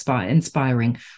inspiring